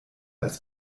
als